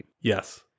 Yes